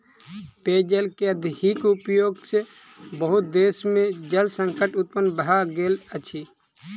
पेयजल के अधिक उपयोग सॅ बहुत देश में जल संकट उत्पन्न भ गेल अछि